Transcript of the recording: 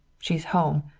she's home.